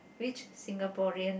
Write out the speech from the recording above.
which Singaporean